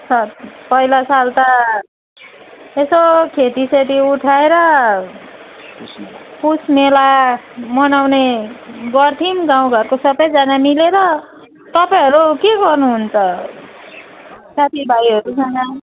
स पहिला साल त यसो खेती सेती उठाएर पुस मेला मनाउने गर्थ्यौँ गाउँ घरको सबजना मिलेर तपाईँहरू के गर्नु हुन्छ साथी भाइहरूसँग